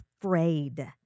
afraid